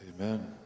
Amen